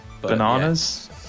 Bananas